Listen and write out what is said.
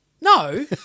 No